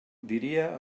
diria